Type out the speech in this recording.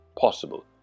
possible